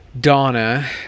Donna